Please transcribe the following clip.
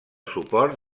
suport